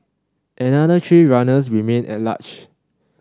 another three runners remain at large